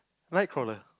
Night crawler